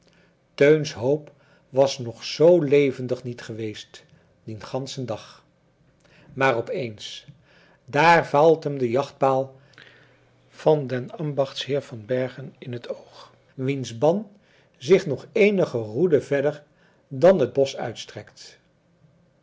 teuns hoop was nog zoo levendig niet geweest dien ganschen dag maar op eens daar valt hem de jachtpaal van den ambachtsheer van bergen in t oog wiens ban zich nog eenige roeden verder dan het bosch uitstrekt